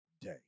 day